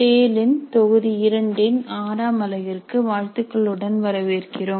டேலின் தொகுதி 2ன் ஆறாம் அலகிற்கு வாழ்த்துக்களுடன் வரவேற்கிறோம்